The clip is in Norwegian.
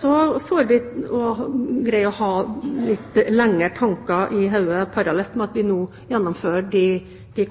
Så må vi greie å ha litt lengre tanker i hodet parallelt med at vi nå gjennomfører de